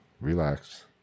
relax